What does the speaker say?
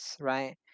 right